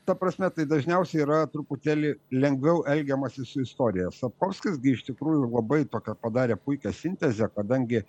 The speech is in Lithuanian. ta prasme tai dažniausiai yra truputėlį lengviau elgiamasi su istorija sapkovkis gi iš tikrųjų labai tokią padarė puikią sintezę kadangi